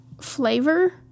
flavor